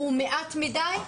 הוא מעט מדי.